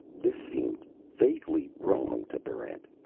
this seemed vaguely wrong to barrent.